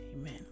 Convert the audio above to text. amen